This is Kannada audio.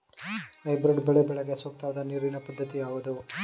ಹೈಬ್ರೀಡ್ ಬಾಳೆ ಬೆಳೆಗೆ ಸೂಕ್ತವಾದ ನೀರಿನ ಪದ್ಧತಿ ಯಾವುದು?